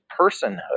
personhood